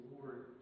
Lord